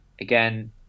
again